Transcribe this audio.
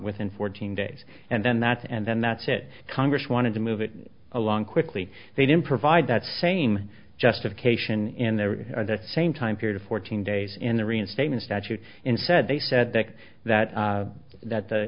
within fourteen days and then that and then that's it congress wanted to move it along quickly they didn't provide that same justification in there are the same time period fourteen days in the reinstatement statute in said they said that that that the